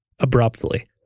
abruptly